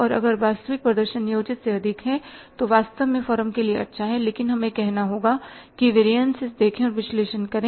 और अगर वास्तविक प्रदर्शन नियोजित से अधिक है तो वास्तव में फर्म के लिए अच्छा है लेकिन हमें कहना होगा कि वेरियनसिस देखें और विश्लेषण करें